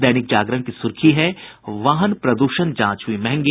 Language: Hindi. दैनिक जागरण की सुर्खी है वाहन प्रदूषण जांच हुई मंहगी